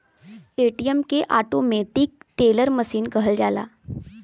ATM के automatic teller machine कहल जाला